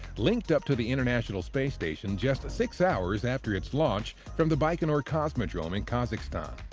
linked up to the international space station just six hours after its launch from the baikonur cosmodrome in kazakhstan.